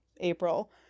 april